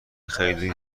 خیلی